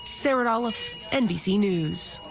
sarah dallof nbc news.